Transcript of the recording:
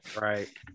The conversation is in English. Right